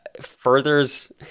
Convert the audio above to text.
furthers